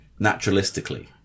naturalistically